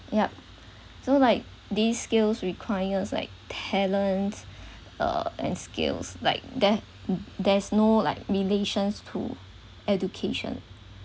yup so like these skills requires like talents uh and skills like there there's no like relation to education